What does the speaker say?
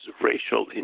racial